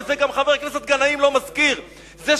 וגם חבר הכנסת גנאים לא מזכיר את זה.